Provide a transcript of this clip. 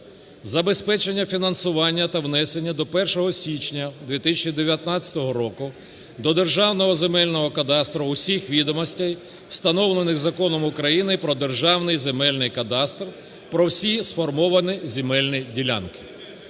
забезпечення фінансування та внесення до 1 січня 2019 року до Державного земельного кадастру усіх відомостей, встановлених Законом України "Про Державний земельний кадастр", про всі сформовані земельні ділянки,